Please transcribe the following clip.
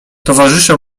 towarzysze